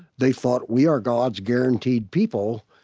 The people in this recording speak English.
they thought, we are god's guaranteed people,